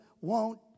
wont